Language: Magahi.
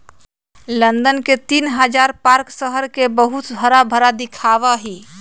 लंदन के तीन हजार पार्क शहर के बहुत हराभरा दिखावा ही